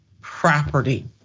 property